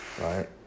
right